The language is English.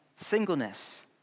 singleness